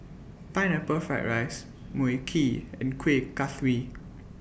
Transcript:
Pineapple Fried Rice Mui Kee and Kuih Kaswi